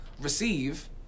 receive